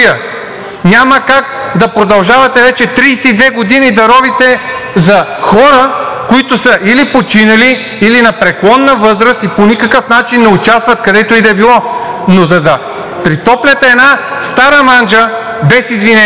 Няма как да продължавате вече 32 години да ровите за хора, които са или починали, или на преклонна възраст и по никакъв начин не участват където и да било. Но за да претопляте една стара манджа, без извинение,